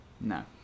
No